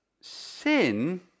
Sin